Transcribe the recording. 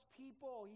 people